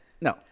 No